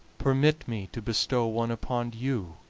permit me to bestow one upon you,